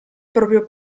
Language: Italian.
proprio